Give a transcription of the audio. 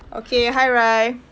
okay hi rye